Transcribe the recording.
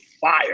fire